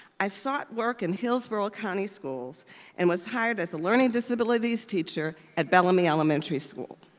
i sought work in hillsborough county schools and was hired as a learning disabilities teacher at bellamy elementary school.